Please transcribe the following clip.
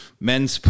men's